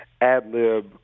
ad-lib